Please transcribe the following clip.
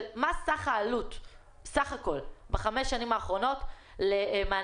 של מה סך העלות בחמש השנים האחרונות למענקי